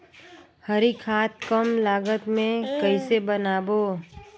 हरी खाद कम लागत मे कइसे बनाबो?